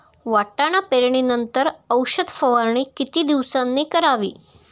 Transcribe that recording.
वाटाणा पेरणी नंतर औषध फवारणी किती दिवसांनी करावी?